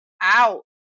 out